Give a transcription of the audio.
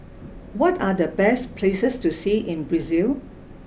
what are the best places to see in Brazil